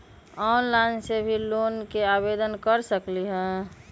Online से भी loan के आवेदन कर सकलीहल?